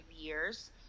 years